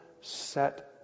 set